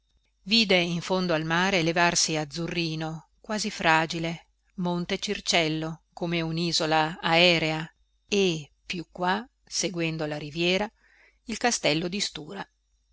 vide in fondo al mare levarsi azzurrino quasi fragile monte cicello come unisola aerea e più qua seguendo la riviera i castello di stura